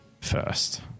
first